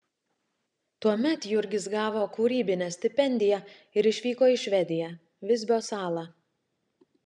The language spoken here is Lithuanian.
tuomet jurgis gavo kūrybinę stipendiją ir išvyko į švediją visbio salą